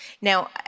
Now